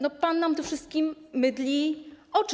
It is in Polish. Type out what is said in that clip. No, pan nam tu wszystkim mydli oczy.